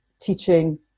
teaching